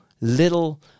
little